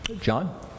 John